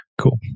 Cool